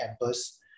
campus